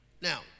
Now